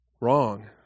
Wrong